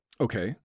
Okay